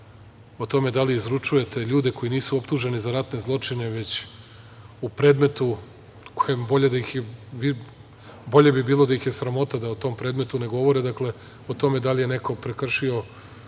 O tome da li izručujete ljude koji nisu optuženi za ratne zločine već u predmetu, bolje bi bilo da ih je sramota da o tom predmetu ne govore, o tome da li je neko prekršio